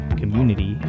community